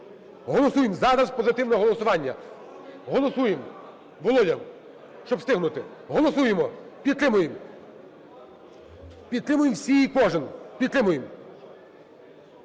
Голосуємо! Зараз – позитивне голосування. Голосуємо! Володя, щоб встигнути! Голосуємо! Підтримуємо всі і кожен. Підтримуємо!